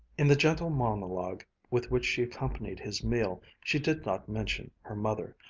in the gentle monologue with which she accompanied his meal she did not mention her mother,